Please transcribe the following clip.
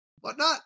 whatnot